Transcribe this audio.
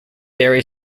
derry